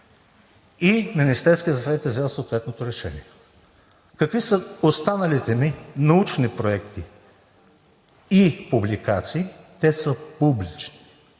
и Министерският съвет е взел съответното решение. Какви са останалите ми научни проекти и публикации? Те са публични,